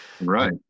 right